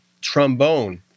trombone